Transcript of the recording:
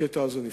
הקטע הזה נפתח,